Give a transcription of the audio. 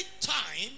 time